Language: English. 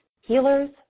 healers